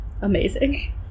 Amazing